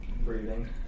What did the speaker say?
breathing